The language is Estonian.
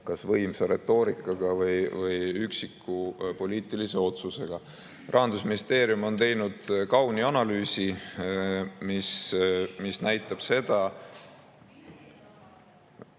kas võimsa retoorikaga või üksiku poliitilise otsusega. Rahandusministeerium on teinud kauni analüüsi, mis näitab seda